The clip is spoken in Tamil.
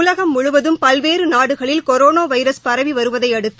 உலகம் முழுவதும் பல்வேறு நாடுகளில் கொரோனா வைரஸ் பரவி வருவதை அடுத்து